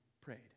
prayed